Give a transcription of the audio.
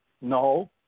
No